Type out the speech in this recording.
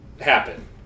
happen